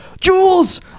jules